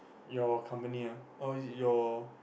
your company ah or is it your